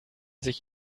sich